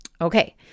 Okay